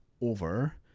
over